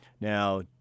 Now